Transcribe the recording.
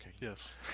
Yes